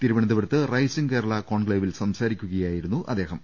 തിരുവനന്തപുരത്ത് റൈസിംഗ് കേരള കോൺക്ലേവിൽ സംസാരിക്കുകയായിരുന്നു അദ്ദേഹം